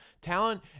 talent